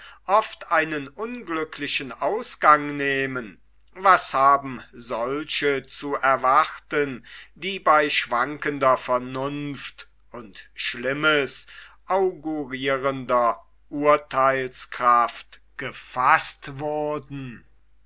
oft einen unglücklichen ausgang nehmen was haben solche zu erwarten die bei schwankender vernunft und schlimmes augurirender urtheilskraft gefaßt wurden